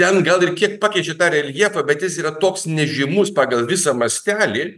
ten gal ir kiek pakeičia tą reljefą bet jis yra toks nežymus pagal visą mastelį